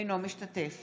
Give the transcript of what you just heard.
אינו משתתף